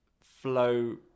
flow